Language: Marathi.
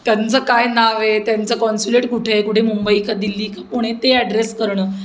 त्यांचं काय नाव आहे त्यांचं कॉन्सलेट कुठे आहे कुठे मुंबई का दिल्ली का पुणे ते ॲड्रेस करणं